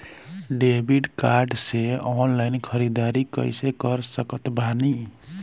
Debit card से online ख़रीदारी कैसे कर सकत बानी?